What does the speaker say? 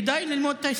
חבר הכנסת כהן.